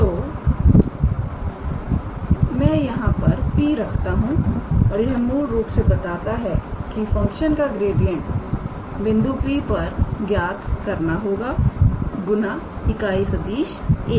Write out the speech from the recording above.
तो मैं यहां पर P रखता हूं और यह मूल रूप से बताता है कि फंक्शन का ग्रेडियंट बिंदु P पर ज्ञात करना होगा गुना इकाई सदिश 𝑎̂